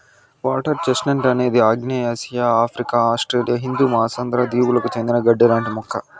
water chestnut అనేది ఆగ్నేయాసియా, Africa, Australia హిందూ మహాసముద్ర దీవులకు చెందిన గడ్డి లాంటి మొక్క